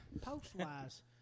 Post-wise